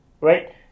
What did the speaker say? right